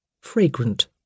fragrant